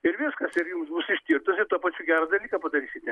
ir viskas ir jums bus ištirtas ir tuo pačiu gerą dalyką padarysite